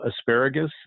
asparagus